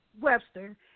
Webster